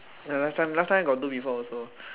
ya last time last time I got do before also